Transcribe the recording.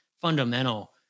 fundamental